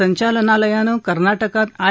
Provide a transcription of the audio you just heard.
संचालनालयानं कर्नाटकात आय